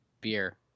beer